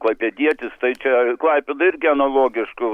klaipedietis tai čia klaipėda irgi analogiško